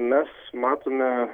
mes matome